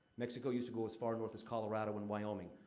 mexico used to go as far north as colorado and wyoming.